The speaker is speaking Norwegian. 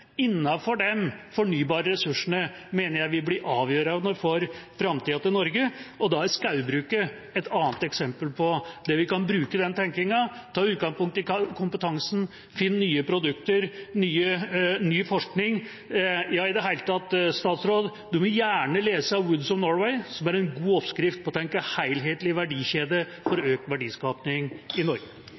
fornybare ressursene mener jeg vil bli avgjørende for framtida til Norge. Skogbruket er et annet eksempel på hvor vi kan bruke denne tenkinga, ta utgangspunkt i kompetansen og finne nye produkter og ny forskning. Statsråden må gjerne lese Woods of Norway, som er en god oppskrift på å tenke helhetlig verdikjede for økt verdiskaping i Norge.